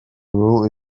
rule